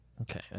Okay